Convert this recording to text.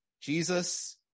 Jesus